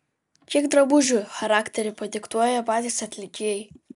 kiek drabužių charakterį padiktuoja patys atlikėjai